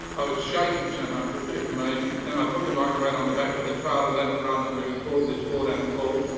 i was shaking so much it was just amazing and i put the microphone on the back of the trailer and let it run and we recorded this four note call.